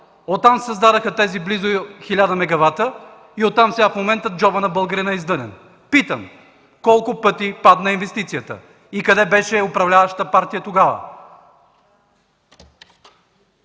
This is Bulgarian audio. оттам се създадоха тези близо 1000 мегавата и оттам сега джобът на българина е издънен. Питам: колко пъти падна инвестицията и къде беше управляващата партия тогава?